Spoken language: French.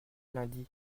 lundi